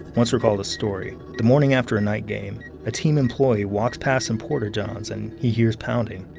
once recalled a story. the morning after a night game, a team employee walks past some portajohns and he hears pounding.